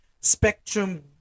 spectrum